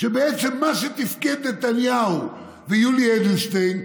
שבעצם איך שתפקדו נתניהו ויולי אדלשטיין,